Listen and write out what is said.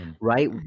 right